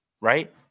right